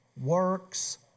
works